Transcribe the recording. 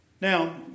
Now